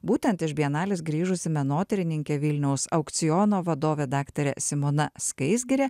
būtent iš bienalės grįžusi menotyrininkė vilniaus aukciono vadovė daktarė simona skaisgirė